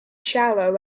shallow